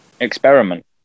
experiment